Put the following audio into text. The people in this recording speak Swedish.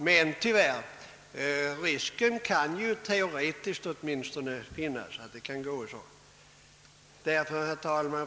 Men åtminstone teoretiskt sett föreligger risk för att det kan gå så.